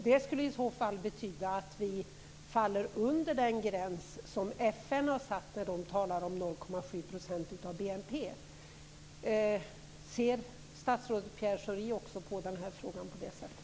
Det betyder att vi faller under den gräns som FN menar med 0,7 % av BNP. Ser statsrådet Pierre Schori frågan så?